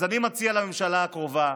אז אני מציע לממשלה קרובה: